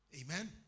Amen